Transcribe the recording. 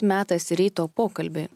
metas ryto pokalbiui